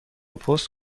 پست